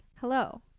Hello